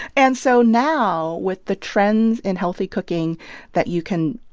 and so now with the trends in healthy cooking that you can,